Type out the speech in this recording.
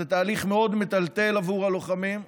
זה תהליך מאוד מטלטל עבור הלוחמים.